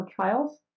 trials